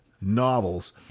novels